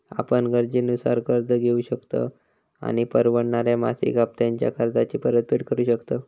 आपण गरजेनुसार कर्ज घेउ शकतव आणि परवडणाऱ्या मासिक हप्त्त्यांत कर्जाची परतफेड करु शकतव